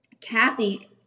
Kathy